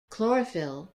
chlorophyll